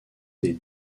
des